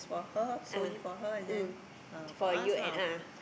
ah mm it's for you and a'ah